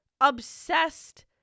obsessed